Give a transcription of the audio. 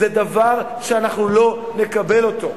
הם דבר שאנחנו לא נקבל אותו.